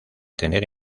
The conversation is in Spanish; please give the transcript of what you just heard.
tener